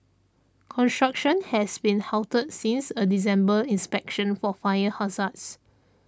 construction has been halted since a December inspection for fire hazards